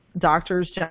doctors